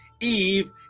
Eve